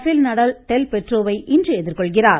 பேல் Nadal Del போட்ரோவை இன்று எதிர்கொள்கிறார்